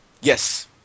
Yes